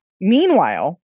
Meanwhile